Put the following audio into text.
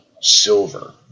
silver